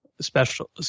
special